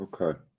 okay